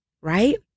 right